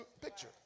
picture